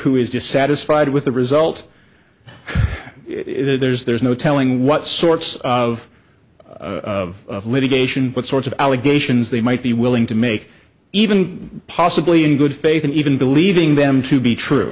who is dissatisfied with the result there's no telling what sorts of of litigation what sorts of allegations they might be willing to make even possibly in good faith and even believing them to be true